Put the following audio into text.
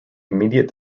immediate